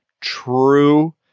true